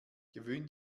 gewöhne